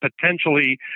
potentially